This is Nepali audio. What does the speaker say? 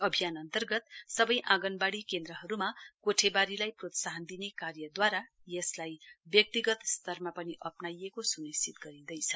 अभियान अन्तर्गत सबै आगनवाँडी केन्द्रहरूमा कोठेबारीलाई प्रोत्साहन दिने कार्यद्वारा यसलाई व्यक्तिगत स्तरमा पनि अप्नाइएको स्निश्चित गरिँदैछ